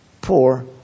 Poor